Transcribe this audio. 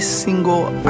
single